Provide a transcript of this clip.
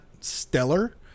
stellar